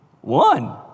One